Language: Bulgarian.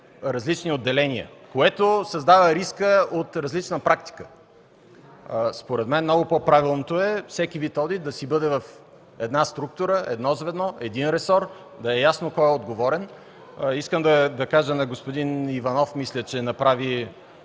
различни отделения”, което създава риск от различна практика. Според мен много по-правилно е всеки вид одит да бъде в една структура, едно звено, един ресор, за да е ясно кой е отговорен. Мисля, че господин Иванов направи